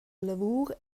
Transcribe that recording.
lavur